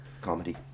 comedy